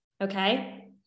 okay